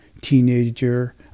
teenager